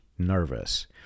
nervous